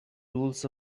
rules